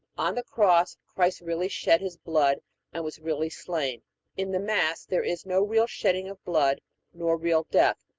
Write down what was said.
on the cross christ really shed his blood and was really slain in the mass there is no real shedding of blood nor real death,